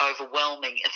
overwhelming